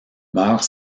meurt